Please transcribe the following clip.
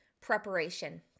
preparation